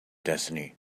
destiny